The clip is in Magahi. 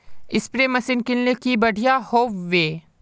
स्प्रे मशीन किनले की बढ़िया होबवे?